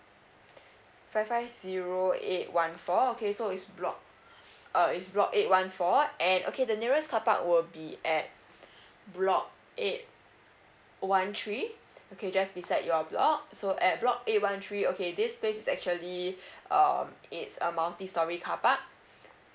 five five zero eight one four okay so is block uh is block eight one four and okay the nearest carpark will be at block eight one three okay just beside your block so at block eight one three okay this place is actually uh it's a multi storey carpark